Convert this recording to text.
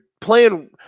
playing